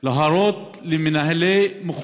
להורות למנהלי,